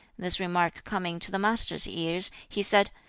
this remark coming to the master's ears, he said,